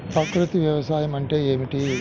ప్రకృతి వ్యవసాయం అంటే ఏమిటి?